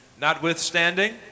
Notwithstanding